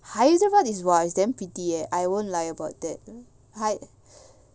hyderabad is !wah! is damn pretty eh I won't lie about that